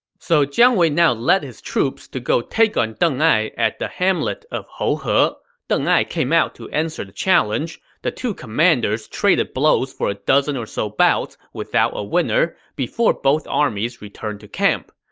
so jiang wei now led his troops to go take on deng ai at the hamlet of houhe. but deng ai came out to answer the challenge. the two commanders traded blows for a dozen or so bouts without a winner before both armies returned to camp.